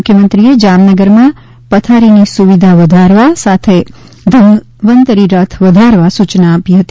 મુખ્યમંત્રીએ જામનગરમાં બેડની સુવિધા વધારવા સાથે ધન્વંતરિ રથ વધારવા સૂયના આપી હતી